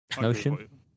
Notion